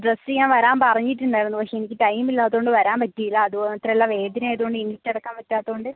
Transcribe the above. dress ചെയ്യാൻ വരാൻ പറഞ്ഞിട്ടുണ്ടാരുന്നു പക്ഷെ എനിക്ക് ടൈമില്ലാത്തോണ്ട് വരാൻ പറ്റിയില്ല അത് മാത്രമല്ല വേദന ആയത് കൊണ്ട് എനിക്ക് കിടക്കാൻ പറ്റാത്തകൊണ്ട്